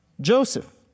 Joseph